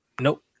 nope